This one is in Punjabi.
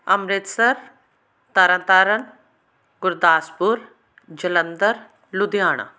ਅੰਮ੍ਰਿਤਸਰ ਤਰਨਤਾਰਨ ਗੁਰਦਾਸਪੁਰ ਜਲੰਧਰ ਲੁਧਿਆਣਾ